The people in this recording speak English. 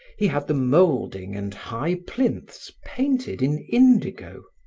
he had the moulding and high plinths painted in indigo,